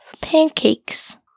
pancakes